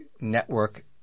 network